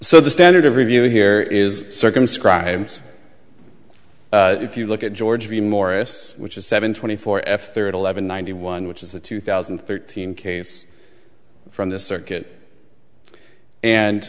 so the standard of review here is circumscribed if you look at george v morris which is seven twenty four f third eleven ninety one which is a two thousand and thirteen case from the circuit and